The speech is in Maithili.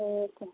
ठीक